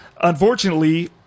Unfortunately